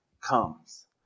comes